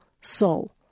soul